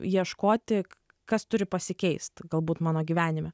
ieškoti kas turi pasikeist galbūt mano gyvenime